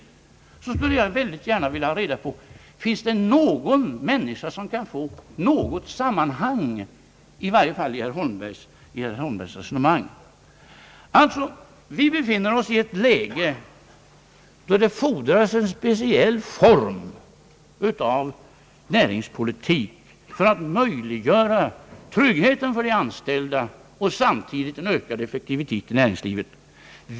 Jag skulle då väldigt gärna vilja ha reda på om det finns någon människa som kan få något sammanhang, i varje fall när det gäller herr Holmbergs resonemang. Vi befinner oss i ett läge, då det fordras en speciell form av näringspolitik för att möjliggöra tryggheten för de anställda och samtidigt en ökad effektivitet i näringslivet.